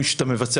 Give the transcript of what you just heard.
השינוי שאתה מבצע